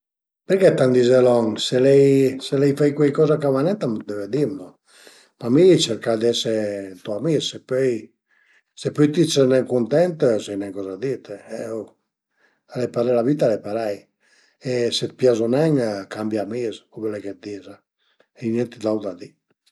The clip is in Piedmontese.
Si dizuma ch'a m'pias tantissim me travai che fazu ades, sun pensiunà perciò, però dizuma che anche ël travai che fazìa prima al era nen malvagio, al era bastansa impegnatìu, travaiava, travaiava zura material ën po particular, comuncue, ël travai che faz ades a m'pias dë pi, sun pensiunà e travaiu për l'INPS